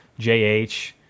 JH